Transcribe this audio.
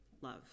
love